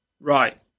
Right